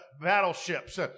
battleships